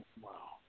Wow